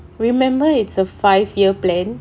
remember it's a five year plan